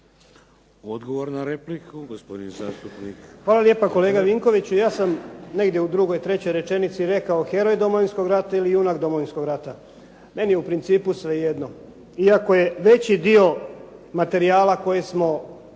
Odgovor na repliku, gospodin zastupnik Heffer. **Heffer, Goran (SDP)** Hvala lijepa kolega Vinkoviću, ja sam negdje u drugoj, trećoj rečenici rekao heroj Domovinskog rata ili junak Domovinskog rata, meni je u principu svejedno. Iako je veći dio materijala koje sam